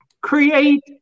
create